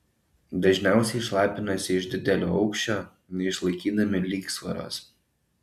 dažniausiai šlapinasi iš didelio aukščio neišlaikydami lygsvaros